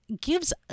gives